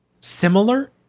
similar